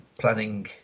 planning